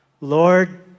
Lord